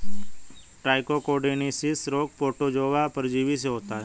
trichodinosis रोग protozoa परजीवी से होता है